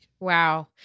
Wow